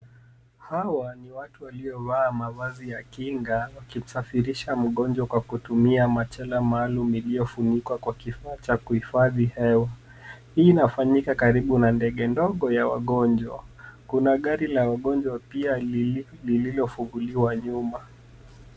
Hawa ni watu waliovaa mavazi ya kinga wakimsafirisha mgonjwa kwa kutumia machela maalum iliyofunikwa kwa kifaa cha kuhifadhi hewa. Hii inafanyika karibu na ndege ndogo ya wagonjwa. kuna gari la wagonjwa pia lililofunguliwa nyuma.